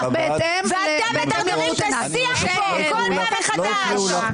ואתם מדברים בשיא הכוח כל פעם מחדש.